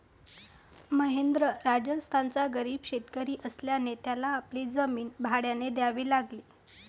महेंद्र राजस्थानचा गरीब शेतकरी असल्याने त्याला आपली जमीन भाड्याने द्यावी लागली